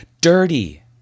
dirty